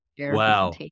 Wow